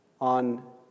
on